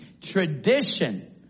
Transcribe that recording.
Tradition